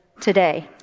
today